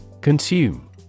Consume